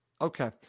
Okay